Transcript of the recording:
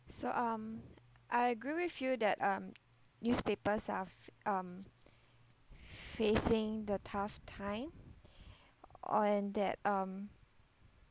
so um I agree with you that um newspapers are f~ um facing the tough time or and that um